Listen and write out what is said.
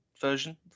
version